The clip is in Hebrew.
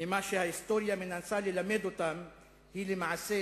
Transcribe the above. ממה שההיסטוריה מנסה ללמד אותם היא למעשה